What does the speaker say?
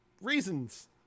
reasons